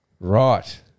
Right